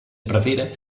prevere